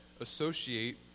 associate